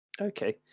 Okay